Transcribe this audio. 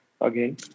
again